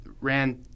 ran